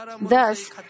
Thus